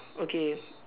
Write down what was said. okay